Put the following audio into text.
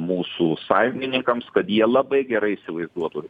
mūsų sąjungininkams kad jie labai gerai įsivaizduotų